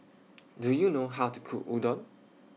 Do YOU know How to Cook Udon